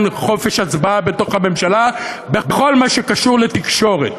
חופש הצבעה בתוך הממשלה בכל מה שקשור לתקשורת.